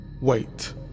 Wait